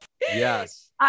Yes